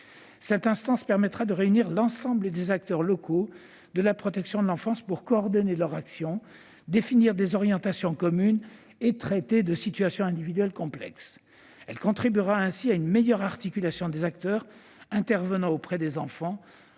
Cette instance permettra de réunir l'ensemble des acteurs locaux de la protection de l'enfance pour coordonner leurs actions, définir des orientations communes et traiter de situations individuelles complexes. Elle contribuera ainsi à une meilleure articulation des acteurs intervenant auprès des enfants,